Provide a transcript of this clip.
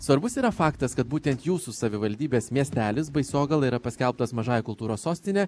svarbus yra faktas kad būtent jūsų savivaldybės miestelis baisogala yra paskelbtas mažąja kultūros sostine